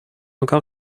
encore